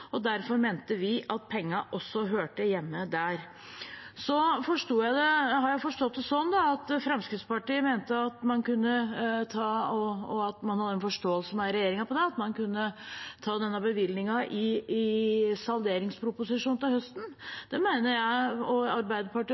Vi mente det var riktig fordi statsråden og regjeringen hadde lagt fram et revidert nasjonalbudsjett der man hadde lagt inn økningen på 3,58 pst. i revidert budsjett, og derfor mente vi at pengene også hørte hjemme der. Så har jeg forstått det sånn at Fremskrittspartiet hadde en forståelse med regjeringen om at man kunne ta denne bevilgningen i salderingsproposisjonen til høsten.